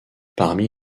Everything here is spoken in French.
parmi